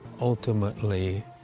ultimately